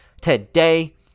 today